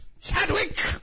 Chadwick